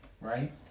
Right